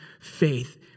faith